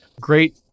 great